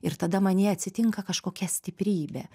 ir tada manyje atsitinka kažkokia stiprybė